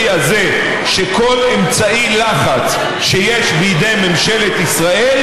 הזה שכל אמצעי לחץ שיש בידי ממשלת ישראל,